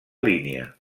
línia